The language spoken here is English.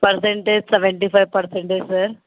percentage seventy five percentage sir